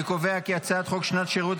אני קובע כי הצעת חוק שנת שירות,